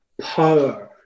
power